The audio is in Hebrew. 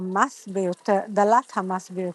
המס ביותר.